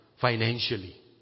financially